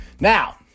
Now